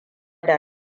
da